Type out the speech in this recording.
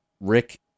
Rick